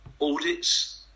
audits